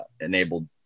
enabled